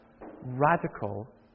radical